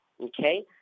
okay